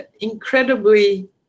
incredibly